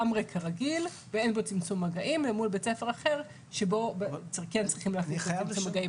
כרגיל ואין בו צמצום מגעים אל מול בית ספר אחר שבו כן צריך לצמצם מגעים.